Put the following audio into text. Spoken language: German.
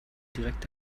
direkt